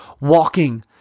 walking